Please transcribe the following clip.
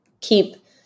keep